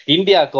India